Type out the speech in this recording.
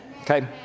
Okay